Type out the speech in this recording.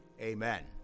amen